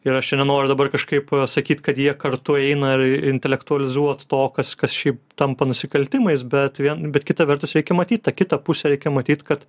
ir aš čia nenoriu dabar kažkaip sakyt kad jie kartu eina ir intelektualizuot to kas kas šiaip tampa nusikaltimais bet vien bet kita vertus reikia matyt tą kitą pusę reikia matyt kad